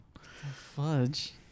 Fudge